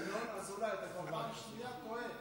ינון אזולאי, אתה כבר פעם שנייה טועה.